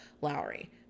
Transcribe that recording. Lowry